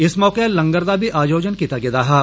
इस मौके लंगर दा बी आयोजन कीता गेदा हा